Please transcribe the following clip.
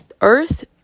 earth